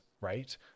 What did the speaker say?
right